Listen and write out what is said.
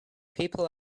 people